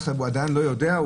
הוא עדיין לא יודע?